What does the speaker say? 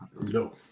No